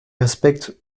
respecte